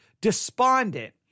despondent